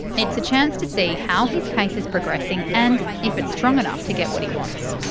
it's a chance to see how his case is progressing and if it's strong enough to get what he wants.